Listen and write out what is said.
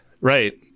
Right